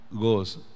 goes